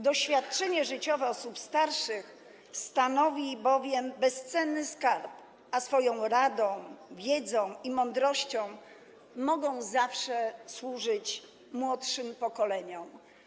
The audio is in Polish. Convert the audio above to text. Doświadczenie życiowe osób starszych stanowi bowiem bezcenny skarb, a swoją radą, wiedzą i mądrością mogą zawsze służyć młodszym pokoleniom.